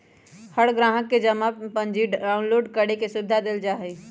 हर ग्राहक के जमा पर्ची डाउनलोड करे के सुविधा देवल जा हई